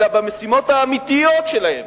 אלא במשימות האמיתיות שלהם.